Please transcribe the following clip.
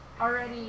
already